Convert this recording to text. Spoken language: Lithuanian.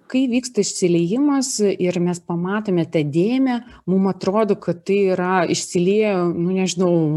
kai įvyksta išsiliejimas ir mes pamatome tą dėmę mum atrodo kad tai yra išsiliejo nu nežinau